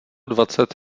dvacet